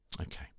Okay